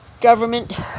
government